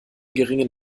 geringen